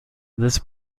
this